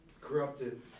corrupted